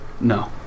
No